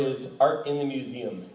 his are in the museum